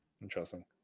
interesting